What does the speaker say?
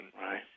Right